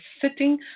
sitting